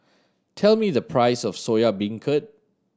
tell me the price of Soya Beancurd